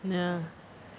ya